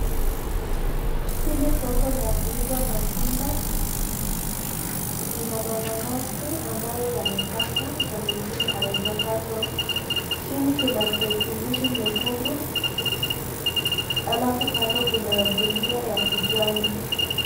Hili soko la kuuza matunda, lina mananasi ambayo yamekatwa na mengine hayajakatwa. Chini kuna kreti mbili nyekundu, alafu kando kuna gunia ya kijani.